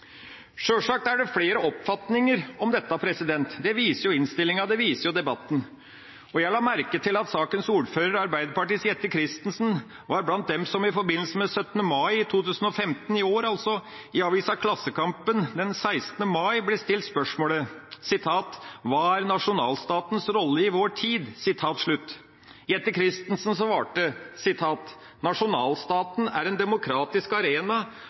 Sjølsagt er det flere oppfatninger om dette. Det viser innstillinga, det viser debatten. Jeg la merke til at saksordføreren, Arbeiderpartiets Jette F. Christensen, var blant dem som i forbindelse med 17. mai i 2015 – altså i år – i avisa Klassekampen den 16. mai ble stilt spørsmålet: «Hva er nasjonalstatens rolle i vår tid?» Jette F. Christensen svarte: «Nasjonalstaten er ein demokratisk arena